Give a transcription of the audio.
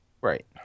Right